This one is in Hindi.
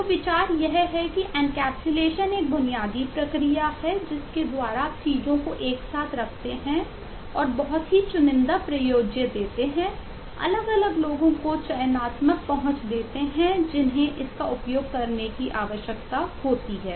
तो विचार यह है कि एनकैप्सुलेशन एक बुनियादी प्रक्रिया है जिसके द्वारा आप चीजों को एक साथ रखते हैं और बहुत ही चुनिंदा प्रयोज्य देते हैं अलग अलग लोगों को चयनात्मक पहुंच देते हैं जिन्हें इसका उपयोग करने की आवश्यकता होती है